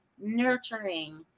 nurturing